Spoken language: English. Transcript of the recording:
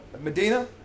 Medina